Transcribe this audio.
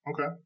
Okay